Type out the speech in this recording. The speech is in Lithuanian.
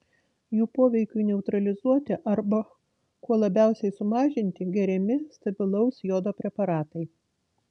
jų poveikiui neutralizuoti arba kuo labiausiai sumažinti geriami stabilaus jodo preparatai